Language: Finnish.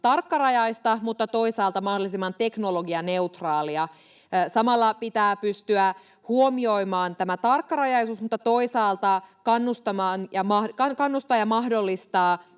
tarkkarajaista mutta toisaalta mahdollisimman teknologianeutraalia. Samalla pitää pystyä huomioimaan tämä tarkkarajaisuus mutta toisaalta kannustaa ja mahdollistaa